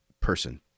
person